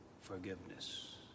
forgiveness